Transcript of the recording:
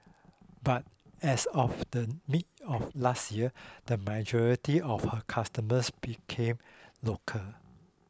but as of the middle of last year the majority of her customers became local